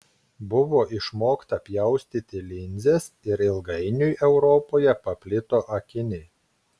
buvo išmokta pjaustyti linzes ir ilgainiui europoje paplito akiniai